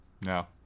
no